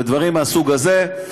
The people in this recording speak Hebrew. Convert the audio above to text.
ודברים מהסוג הזה,